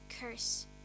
curse